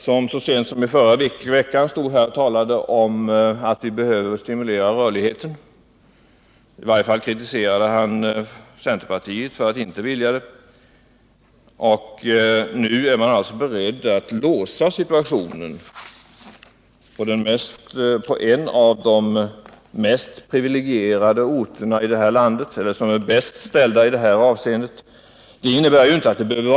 Så sent som i förra veckan stod han här i talarstolen och sade att vi behöver stimulera rörligheten. I varje fall kritiserade han centerpartiet för att inte vilja det. Nu är han alltså beredd att låsa situationen på en av de bäst ställda orterna i landet. Därmed inte sagt att arbetsmarknadsläget är bra i Göteborg!